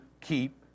keep